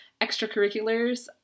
extracurriculars